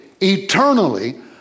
eternally